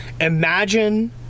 Imagine